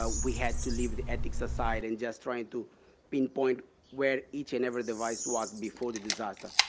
ah we have to leave the ethics aside and just trying to pinpoint where each and every device was before the disaster.